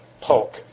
Polk